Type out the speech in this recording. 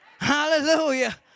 Hallelujah